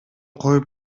коюп